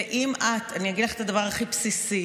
ואם את, אני אגיד לך את הדבר הכי בסיסי: